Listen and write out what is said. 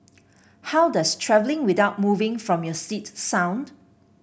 how does travelling without moving from your seat sound